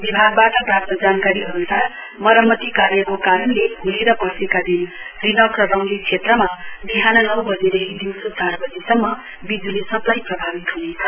विभागबाट प्राप्त जानकारी अनुसार मरम्मति कार्यको कारणले भोलि र पर्सीका दिन रिनक र रङली क्षेत्रमा बिहान नौ बजीदेखि दिउँसो चार बजीसम्म विजुली सप्लाई प्रभावित हुनेछ